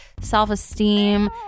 self-esteem